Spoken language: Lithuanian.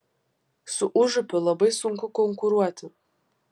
su užupiu labai sunku konkuruoti